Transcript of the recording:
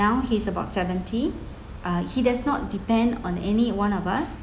now he's about seventy uh he does not depend on any one of us